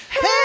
Hey